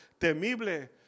temible